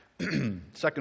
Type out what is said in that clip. second